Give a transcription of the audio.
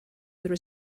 there